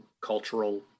cultural